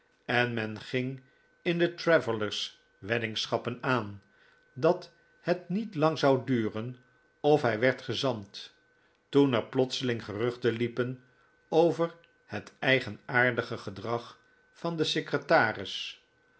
en men ging in de travellers weddingschappen aan dat het niet lang zou duren of hij werd gezant toen er plotseling geruchten liepen over het eigenaardige gedrag van den secretaris